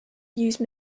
use